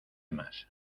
más